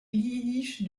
yiddish